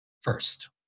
first